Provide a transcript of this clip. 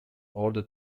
order